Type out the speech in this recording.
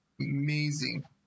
amazing